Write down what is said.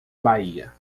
baía